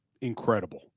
Incredible